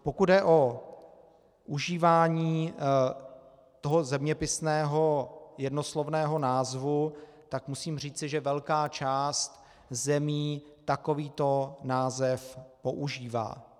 Pokud jde o užívání toho zeměpisného jednoslovného názvu, tak musím říci, že velká část zemí takovýto název používá.